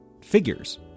figures